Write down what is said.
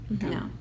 No